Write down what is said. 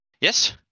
Yes